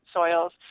soils